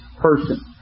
person